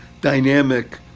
dynamic